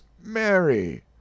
Mary